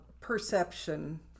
perception